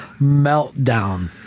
meltdown